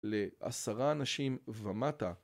לעשרה אנשים ומטה